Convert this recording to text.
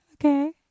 okay